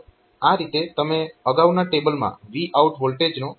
તો આ રીતે તમે અગાઉના ટેબલમાં Vout વોલ્ટેજનો 25